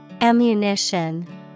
Ammunition